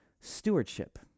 stewardship